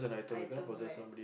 item right